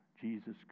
Jesus